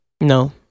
No